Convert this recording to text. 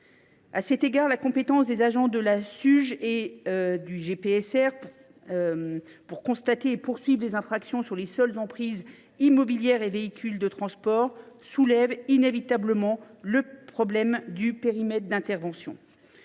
de la compétence des agents de la Suge et du GPSR pour constater et poursuivre les infractions sur les seules emprises immobilières et véhicules de transport soulève inévitablement le problème du périmètre d’intervention.